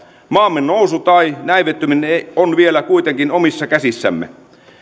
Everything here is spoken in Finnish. maamme nousu tai näivettyminen on vielä kuitenkin omissa käsissämme